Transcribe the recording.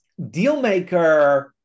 Dealmaker